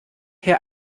herr